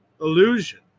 illusion